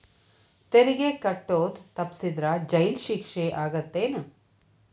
ತೆರಿಗೆ ಕಟ್ಟೋದ್ ತಪ್ಸಿದ್ರ ಜೈಲ್ ಶಿಕ್ಷೆ ಆಗತ್ತೇನ್